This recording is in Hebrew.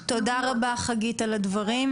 חגית, תודה רבה על הדברים.